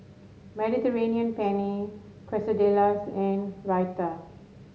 Mediterranean Penne Quesadillas and Raita